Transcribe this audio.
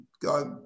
God